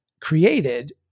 created